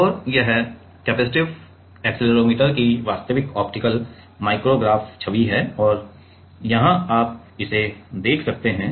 और यह capacitive accelerometer की वास्तविक ऑप्टिकल माइक्रोग्राफ छवि है और यहां आप इसे देख सकते हैं